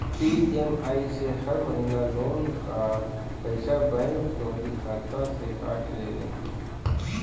EMI से हर महिना लोन कअ पईसा बैंक तोहरी खाता से काट लेले